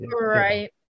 right